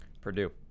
Purdue